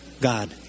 God